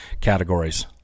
categories